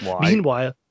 Meanwhile